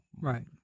Right